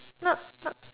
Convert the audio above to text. no lah no lah